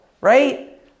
right